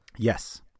Yes